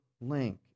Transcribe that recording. link